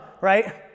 right